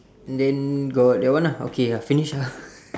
then got that one lah okay ya finish ah